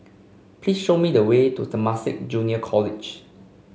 please show me the way to Temasek Junior College